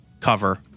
cover